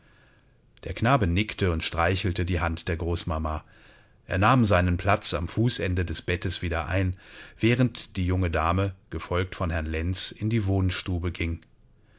der knabe nickte und streichelte die hand der großmama er nahm seinen platz am fußende des bettes wieder ein während die junge dame gefolgt von herrn lenz in die wohnstube ging